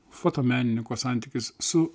fotomenininko santykis su